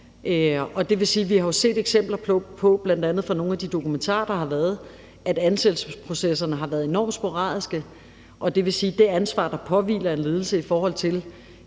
Vi har jo har set eksempler på, bl.a. fra nogle af de dokumentarer, der har været, at ansættelsesprocesserne har været enormt sporadiske, og det vil sige, at man, når det drejer sig om det ansvar, der påhviler en ledelse i forhold til